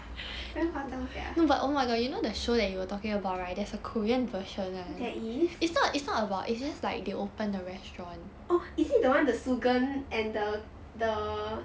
very 夸张 sia there is oh is it the one the soo geun and the the